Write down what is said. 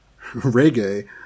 reggae